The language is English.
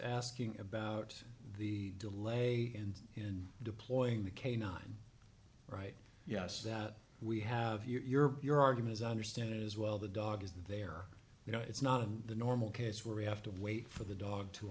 asking about the delay and in deploying the canine right yes that we have your pure arguments i understand it is well the dog is that they are you know it's not the normal case where we have to wait for the dog to